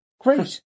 Great